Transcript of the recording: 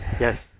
Yes